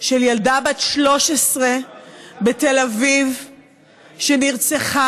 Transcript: של ילדה בת 13 בתל אביב, שנרצחה.